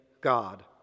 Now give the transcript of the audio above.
God